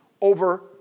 over